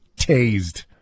tased